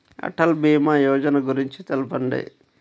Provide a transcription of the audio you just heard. అటల్ భీమా యోజన గురించి తెలుపండి?